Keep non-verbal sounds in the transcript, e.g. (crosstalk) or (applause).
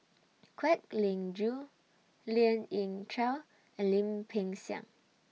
(noise) Kwek Leng Joo Lien Ying Chow and Lim Peng Siang